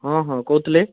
ହଁ ହଁ କହୁଥିଲି